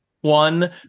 One